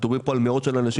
מדברים פה על מאות של אנשים,